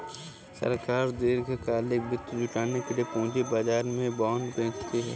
सरकार दीर्घकालिक वित्त जुटाने के लिए पूंजी बाजार में बॉन्ड बेचती है